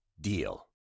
DEAL